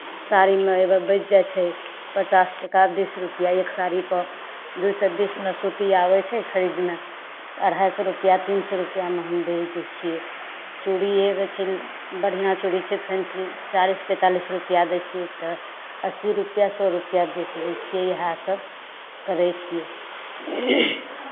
साड़ीमे बचि जाइत छै पचास टका बीस रुपआ एक साड़ी पर दूइ सए बीस मे सूती आबैत छै खरीदमे तऽ अढ़ाइ सए रुपआ तीन सए रुपआ मे हम बेच दै छियै चूड़ी बढ़िआँ चूड़ी छै फेन्सी चालीस पैंतालिस रुपआ दै छियै तऽ अस्सी रुपआ सए रुपआ बेच लै छियै इहए सब करैत छियै